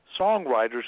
songwriters